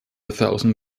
thousand